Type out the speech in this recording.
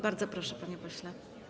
Bardzo proszę, panie pośle.